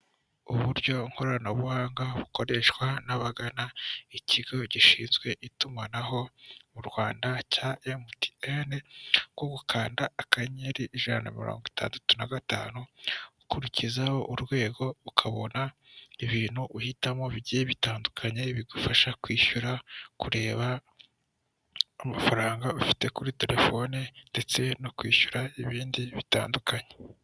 Uburyo nkoranabuhanga bukoreshwa n'abagana ikigo gishinzwe itumanaho mu Rwanda cya MTN bwo gukanda akanyeri ijana na mirongo itandatu na gatanu, ukurikizaho urwego, ukabona ibintu uhitamo bigiye bitandukanye bigufasha kwishyura, kureba amafaranga ufite kuri terefone ndetse no kwishyura ibindi bitandukanye.